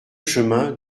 chemin